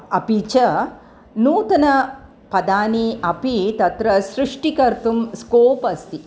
अपि च नूतनपदानि अपि तत्र सृष्टिकर्तुं स्कोप् अस्ति